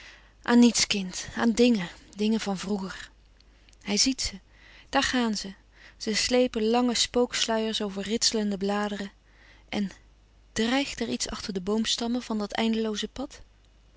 aan niets kind aan dingen dingen van vroeger hij ziet ze daar gaan ze ze slepen lange spooksluiers over ritselende bladeren en drèigt er iets achter de boomstammen van dat eindelooze pad